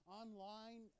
online